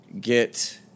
get